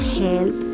help